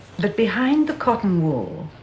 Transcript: that behind the cotton wool